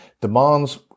demands